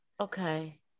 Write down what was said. Okay